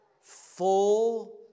full